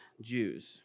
Jews